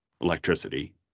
electricity